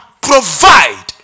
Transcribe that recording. provide